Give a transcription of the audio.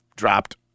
dropped